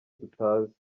tutazi